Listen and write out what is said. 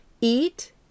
eat